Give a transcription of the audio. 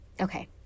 Okay